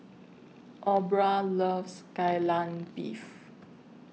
Aubra loves Kai Lanb Beef